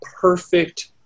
perfect